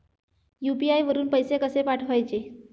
UPI वरून पैसे कसे पाठवायचे?